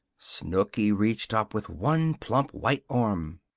snooky reached up with one plump white arm.